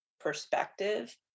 perspective